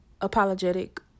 apologetic